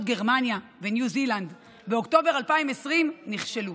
גרמניה וניו זילנד באוקטובר 2020 נכשלו.